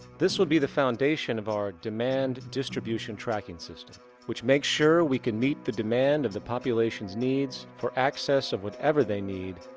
this would be the foundation of our demand distribution tracking system which makes sure we can meet the demand of the population's needs for access of whatever they need,